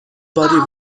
body